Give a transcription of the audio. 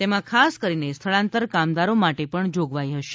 એમાં ખાસ કરીને સ્થળાંતર કામદારો માટે પણ જોગવાઈ હશે